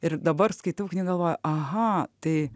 ir dabar skaitau knygą galvoju aha tai